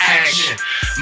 action